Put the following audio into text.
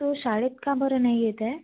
तो शाळेत का बरं नाही येत आहे